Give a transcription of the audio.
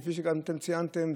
כפי שגם אתם ציינתם,